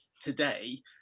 today